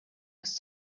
was